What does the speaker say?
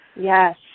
Yes